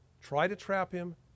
try-to-trap-him